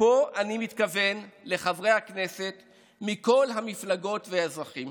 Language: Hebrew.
ופה אני מתכוון לחברי הכנסת מכל המפלגות ולאזרחים